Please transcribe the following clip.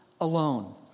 alone